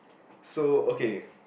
so okay